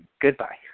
goodbye